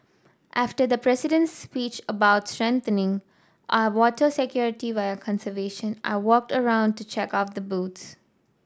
after the President's speech about strengthening our water security via conservation I walked around to check out the boots